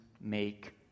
make